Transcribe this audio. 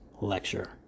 Lecture